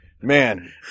Man